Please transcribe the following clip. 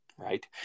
right